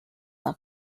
are